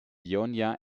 ionia